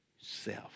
self